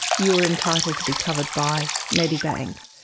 you were entitled to be covered by medibank.